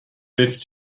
rift